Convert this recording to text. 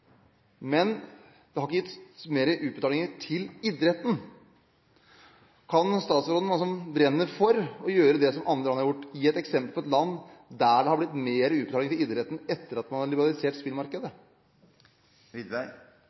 til idretten. Kan statsråden, som brenner for å gjøre det som andre land har gjort, gi et eksempel på et land der det har blitt større utbetalinger til idretten etter at man har liberalisert spillmarkedet?